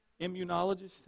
Immunologists